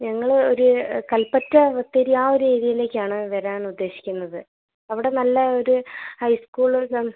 ഞങ്ങൾ ഒരു കൽപ്പറ്റ ബത്തേരി ആ ഒരു ഏരിയേലിക്കാണ് വരാനുദ്ദേശിക്കുന്നത് അവിടെ നല്ല ഒരു ഹൈ സ്കൂള് ഒരു